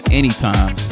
anytime